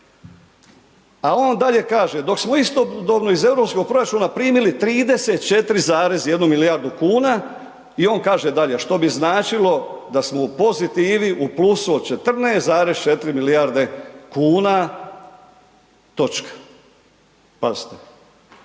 A on dalje kaže, dok smo istodobno iz EU proračuna primili 34,1 milijardu kuna i on kaže dalje, što bi značilo da smo u pozitivi, u plusu od 14,4 milijarde kuna, točka. Kao